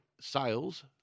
sales